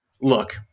Look